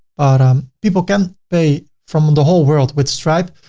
um people can pay from the whole world with stripe,